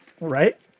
Right